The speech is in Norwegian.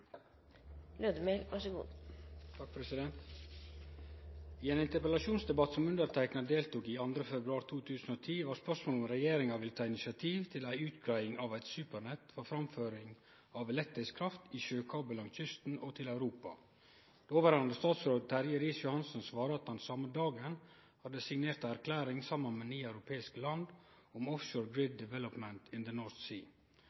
ei utgreiing av eit «supernett» for framføring av elektrisk kraft i sjøkabel langs kysten og til Europa. Dåverande statsråd Terje Riis-Johansen svara at han same dagen hadde signert ei erklæring, saman med ni europeiske land, om «Offshore grid development in the North Sea». Kva er Noreg si